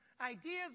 ideas